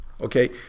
Okay